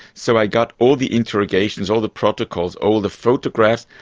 so i got all the interrogations, all the protocols, all the photographs,